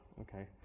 okay